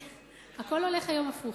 הכול הולך היום הפוך.